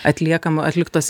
atliekama atliktos